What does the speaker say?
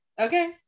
Okay